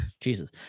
Jesus